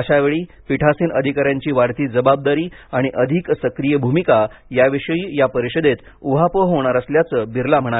अशावेळी पीठासीन अधिकाऱ्यांची वाढती जाबाबदारी आणि अधिक सक्रिय भूमिका याविषयी या परिषदेत ऊहापोह होणार असल्याचं बिर्ला म्हणाले